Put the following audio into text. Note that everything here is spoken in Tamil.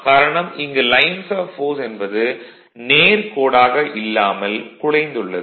காரணம் இங்கு லைன்ஸ் ஆப் ஃபோர்ஸ் என்பது நேர்க் கோடாக இல்லாமல் குலைந்துள்ளது